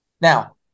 Now